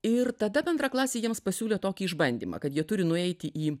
ir tada bendraklasiai jiems pasiūlė tokį išbandymą kad jie turi nueiti į